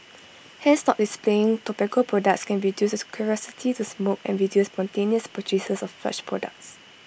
hence not displaying tobacco products can reduce the curiosity to smoke and reduce spontaneous purchases of such products